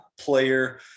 player